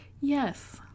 Yes